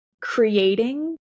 creating